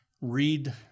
read